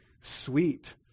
sweet